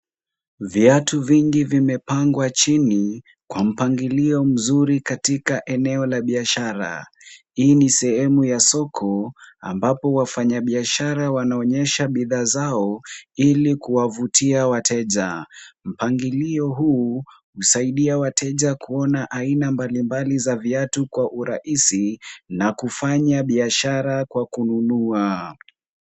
Viatu vingi vimepangwa chini, kwa mpangilio mzuri katika eneo la biashara. Hii ni sehemu ya soko, ambapo wafanyabiashara wanaonyesha bidhaa zao ili kuwavutia wateja. Mpangilio huu husaidia wateja kuona aina mbalimbali za viatu kwa urahisi na kufanya biashara kwa kununua.